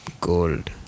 gold